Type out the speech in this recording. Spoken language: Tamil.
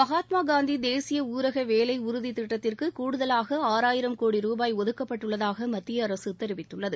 மகாத்மா காந்தி தேசிய ஊரக வேலை உறுதி திட்டத்திற்கு கூடுதலாக ஆறாயிரம் கோடி ரூபாய் ஒதுக்கப்பட்டுள்ளதாக மத்திய அரசு தெரிவித்துள்ளது